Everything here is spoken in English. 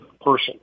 person